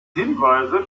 hinweise